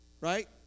Right